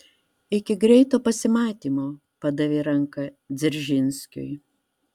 iki greito pasimatymo padavė ranką dzeržinskiui